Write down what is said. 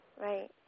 Right